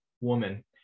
woman